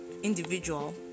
individual